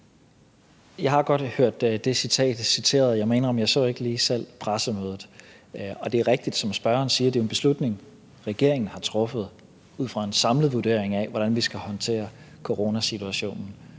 Jeg har godt hørt det citat; jeg må indrømme, at jeg ikke lige selv så pressemødet. Det er rigtigt, som spørgeren siger, at det er en beslutning, regeringen har truffet ud fra en samlet vurdering af, hvordan vi skal håndtere coronasituationen.